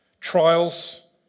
trials